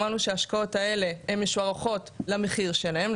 אמרנו שההשקעות האלה הן משוערכת למחיר שלהם,